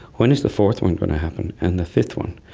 when is the fourth one going to happen and the fifth one?